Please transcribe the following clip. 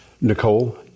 Nicole